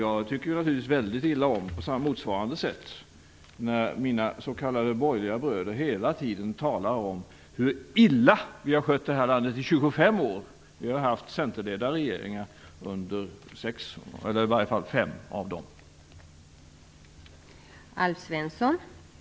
Jag tycker naturligtvis på motsvarande sätt väldigt illa om när mina s.k. borgerliga bröder hela tiden talar om hur illa vi har skött det här landet i 25 år. Vi har haft regeringar ledda av Centern under 6 eller i varje fall 5 av de åren.